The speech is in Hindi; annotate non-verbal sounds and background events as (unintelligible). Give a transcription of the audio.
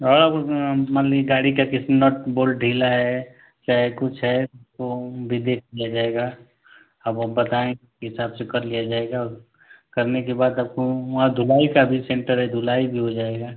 और अगर मान लीजिए गाड़ी का जैसे नट बोल्ट ढीला है चाहे कुछ है उसको भी देख लिया जाएगा अब आप बताएँगे (unintelligible) हिसाब से कर लिया जाएगा और करने के बाद आपको वहाँ धुलाई का भी सेंटर है धुलाई भी हो जाएगी